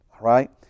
Right